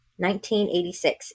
1986